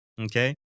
okay